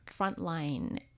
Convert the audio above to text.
frontline